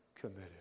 committed